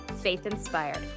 faith-inspired